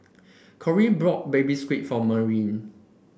Corry bought Baby Squid for Marilyn